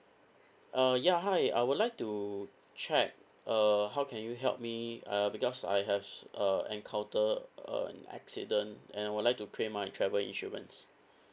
uh ya hi I would like to check uh how can you help me uh because I has a encounter an accident and would like to claim my travel insurance